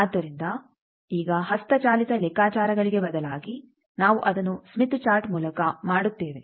ಆದ್ದರಿಂದ ಈಗ ಹಸ್ತಚಾಲಿತ ಲೆಕ್ಕಾಚಾರಗಳಿಗೆ ಬದಲಾಗಿ ನಾವು ಅದನ್ನು ಸ್ಮಿತ್ ಚಾರ್ಟ್ ಮೂಲಕ ಮಾಡುತ್ತೇವೆ